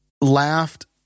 laughed